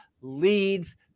leads